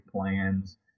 plans